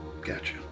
Gotcha